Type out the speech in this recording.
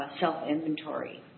self-inventory